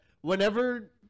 whenever